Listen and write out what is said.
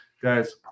Guys